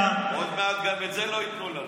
עוד מעט גם את זה לא ייתנו לנו.